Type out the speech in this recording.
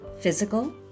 physical